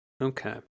Okay